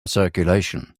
circulation